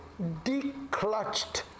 declutched